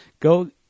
Go